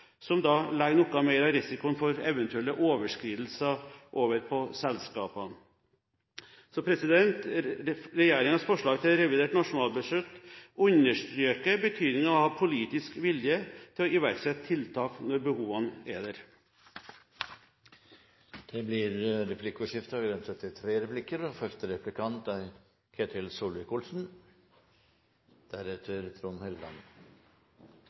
som legger noe mer av risikoen for eventuelle overskridelser over på selskapene. Regjeringens forslag til revidert nasjonalbudsjett understreker betydningen av å ha politisk vilje til å iverksette tiltak når behovene er der. Det blir replikkordskifte.